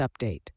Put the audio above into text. update